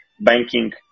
banking